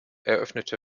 eröffnete